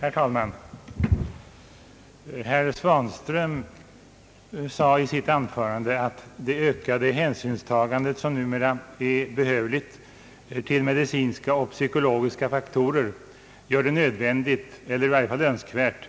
Herr talman! Herr Svanström sade i sitt anförande att den ökade hänsyn som man numera behöver ta till medicinska och psykologiska faktorer gör det nödvändigt eller i varje fall önskvärt